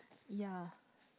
ya